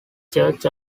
church